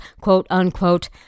quote-unquote